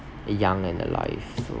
young and alive most of all